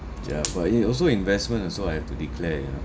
ya but it also investment also I have to declare you know